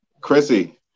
Chrissy